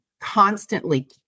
constantly